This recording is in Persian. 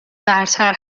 برتر